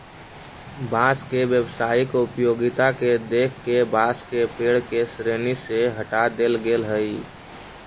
बाँस के व्यावसायिक उपयोगिता के देख के बाँस के पेड़ के श्रेणी से हँटा देले गेल हइ